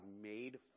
made